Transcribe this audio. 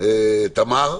האזורית תמר,